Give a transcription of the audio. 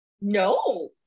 No